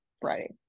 Friday